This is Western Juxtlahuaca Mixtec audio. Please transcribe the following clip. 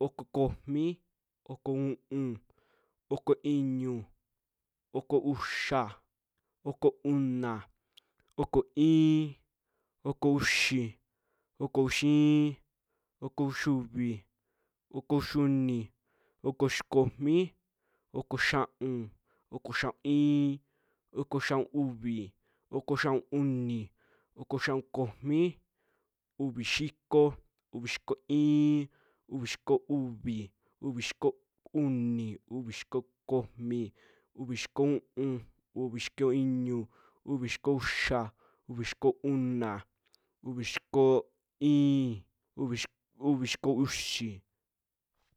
oko komi, oko u'un, oko iñu, oko uxa, oko una, oko i'in, oko uxi, oko uxi iin, oko uxiuvi, oko uxiuni, oko uxi komi, oko xia'un, oko xia'un iin, oko xia'un uvi, oko xia'un uni, oko xia'un komi, uvi xiko, uvi xiko iin, uvi xiko uvi, uvi xiko uni, uvi xiko komi, uvi xiko u'un, uvi xiko iñu, uvi xiko uxa, uvi xiko una, uvi xiko i'in, uvi- uvi xiko uxi.